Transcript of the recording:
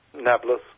Nablus